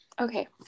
Okay